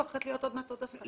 הולכת להיות עוד מעט עוד הפחתה.